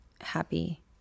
happy